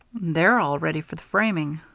they're all ready for the framing.